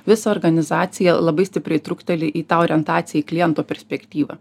visa organizacija labai stipriai trukteli į tą orientaciją į kliento perspektyvą